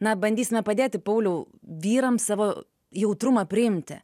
na bandysime padėti pauliau vyrams savo jautrumą priimti